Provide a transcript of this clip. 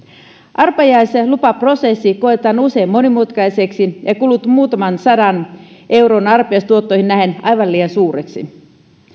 arpajaislupaprosessi koetaan usein monimutkaiseksi ja kulut muutaman sadan euron arpajaistuottoihin nähden aivan liian suuriksi